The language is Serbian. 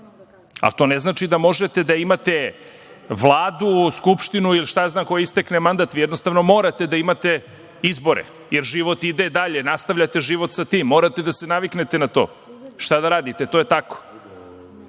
To ne znači da možete da imate Vladu, Skupštinu ili, šta ja znam, kojoj istekne mandat, vi jednostavno morate da imate izbore, jer život ide dalje, nastavljate život sa tim, morate da se naviknete na to. Šta da radite, to je tako. Tako